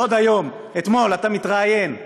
עוד אתמול התראיינת